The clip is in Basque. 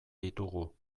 ditugu